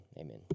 Amen